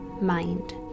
mind